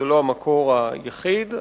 זה לא המקור היחיד,